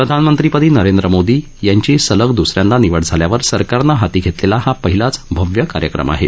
प्रधानमंत्रीपदी नरेंद्र मोदी यांची सलग द्रस यांदा निवड झाल्यावर सरकारनं हाती घेतलेला हा पहिलाच भव्य कार्यक्रम आहे